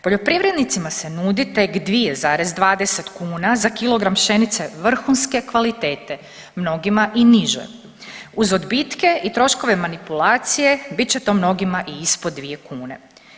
Poljoprivrednicima se nudi tek 2,20 kuna za kilogram pšenice vrhunske kvalitete, mnogima i niže, uz odbitke i troškove manipulacije bit će to mnogima i ispod 2 kune.